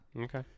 Okay